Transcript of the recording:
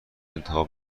انتخاب